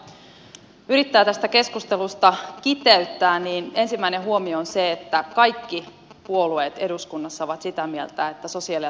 ehkä jos jotain yrittää tästä keskustelusta kiteyttää ensimmäinen huomio on se että kaikki puolueet eduskunnassa ovat sitä mieltä että sosiaali ja terveyspalveluita pitää uudistaa